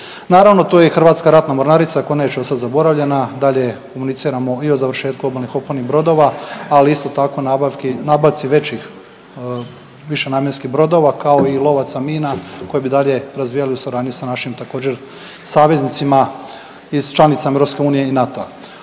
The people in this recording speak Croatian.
Naravno tu je i Hrvatska ratna mornarica koja neće ostati zaboravljena. Dalje komuniciramo i o završetku obalnih oklopnih brodova, ali isto tako nabavci većih višenamjenskih brodova kao i lovaca mina koje bi dalje razvijali u suradnji sa našim također saveznicima i članicama EU i NATO-a.